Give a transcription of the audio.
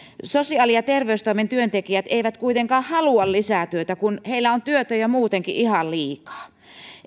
sosiaali ja terveystoimen työntekijät eivät kuitenkaan halua lisää työtä kun heillä on työtä jo muutenkin ihan liikaa